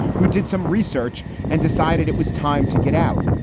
who did some research and decided it was time to get out.